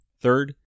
Third